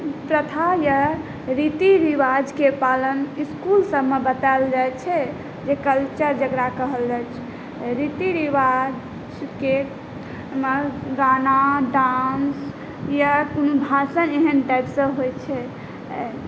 प्रथा अइ रीति रिवाजके पालन इसकुलसबमे बतायल जाइ छै जे कल्चर जकरा कहल जाइ छै रीति रिवाजके गाना डान्स या कोनो भाषण एहन टाइपसँ होइ छै